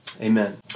Amen